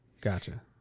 Gotcha